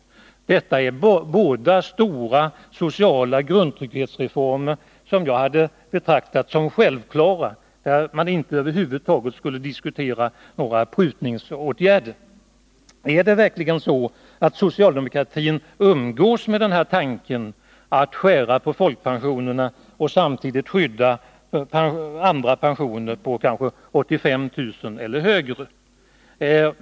Folkpensionsreformen och barnbidragsreformen är stora sociala grundtrygghetsreformer som jag betraktat som självklara — det var områden där man över huvud taget inte skulle diskutera några prutningsåtgärder. Umgås verkligen socialdemokratin med tanken att skära på folkpensionerna och samtidigt skydda andra pensioner på kanske 85000 kr. eller högre belopp?